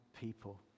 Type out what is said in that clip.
people